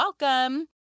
welcome